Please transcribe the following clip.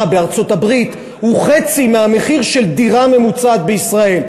בארצות-הברית הוא חצי מהמחיר של דירה ממוצעת בישראל,